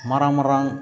ᱢᱟᱨᱟᱝ ᱢᱟᱨᱟᱝ